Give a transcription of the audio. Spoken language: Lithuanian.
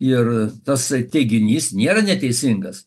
ir tasai teiginys nėra neteisingas